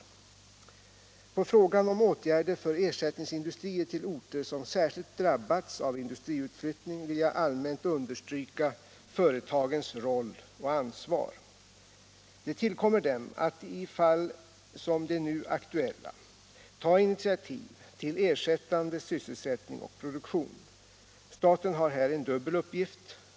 Om åtgärder för att På frågan om åtgärder för ersättningsindustrier till orter som särskilt — hindra kapitalexdrabbats av industriutflyttning vill jag allmänt understryka företagens port och industriutroll och ansvar. Det tillkommer dem att i fall som de nu aktuella ta — flyttning initiativ till ersättande sysselsättning och produktion. Staten har här en dubbel uppgift.